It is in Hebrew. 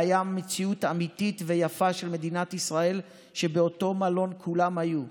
הייתה מציאות אמיתית ויפה של מדינת ישראל שבאותו מלון היו כולם,